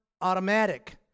automatic